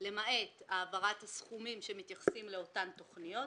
למעט העברת הסכומים שמתייחסים לאותן תכניות,